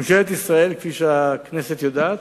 ממשלת ישראל, כפי שהכנסת יודעת,